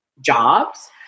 jobs